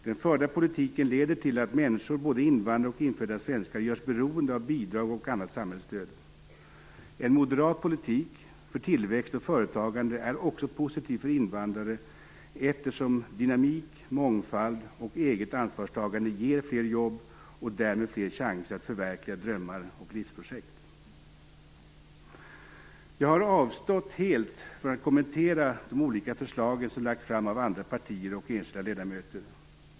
Den förda politiken leder till att människor, både invandrare och infödda svenskar, görs beroende av bidrag och annat samhällsstöd. En moderat politik för tillväxt och företagande är också positiv för invandrare eftersom dynamik, mångfald och eget ansvarstagande ger fler jobb och därmed fler chanser att förverkliga drömmar och livsprojekt. Jag har avstått helt från att kommentera de olika förslag som lagts fram av andra partier och enskilda ledamöter.